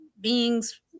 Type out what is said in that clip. Beings